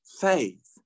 faith